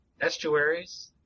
estuaries